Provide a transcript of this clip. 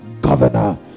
governor